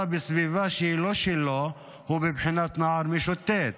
בסביבה שהיא לא שלו הוא בבחינת נער משוטט,